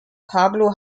pablo